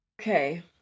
Okay